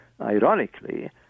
ironically